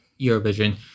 Eurovision